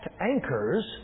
anchors